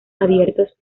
abiertos